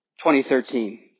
2013